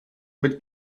mit